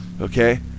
okay